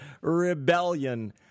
Rebellion